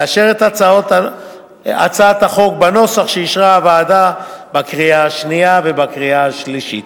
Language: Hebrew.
לאשר את הצעת החוק בנוסח שאישרה הוועדה בקריאה שנייה ובקריאה שלישית.